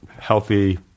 healthy